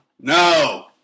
No